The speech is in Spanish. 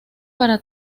para